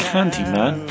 Candyman